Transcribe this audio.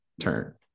turn